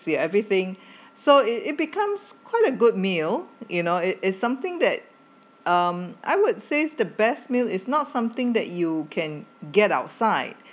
see everything so it it becomes quite a good meal you know it's it's something that um I would say the best meal is not something that you can get outside